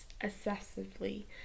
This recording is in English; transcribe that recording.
excessively